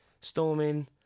Storming